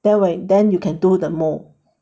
then when then you can do the mold